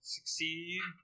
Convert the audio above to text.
Succeed